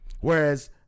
whereas